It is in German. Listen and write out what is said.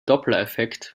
dopplereffekt